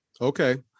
okay